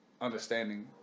understanding